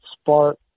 spark